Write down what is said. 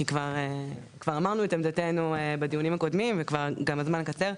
כי כבר אמרנו את עמדתנו בדיונים הקודמים וכבר גם הזמן קצר.